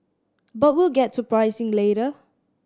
but we'll get to pricing later